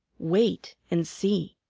wait and see!